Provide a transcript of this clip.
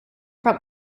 from